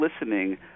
listening